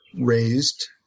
raised